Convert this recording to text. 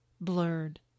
blurred